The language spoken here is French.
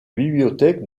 bibliothèque